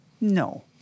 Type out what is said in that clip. no